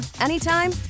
anytime